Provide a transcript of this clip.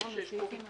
11:24.